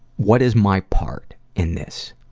what is my part in this?